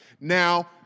Now